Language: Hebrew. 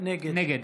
נגד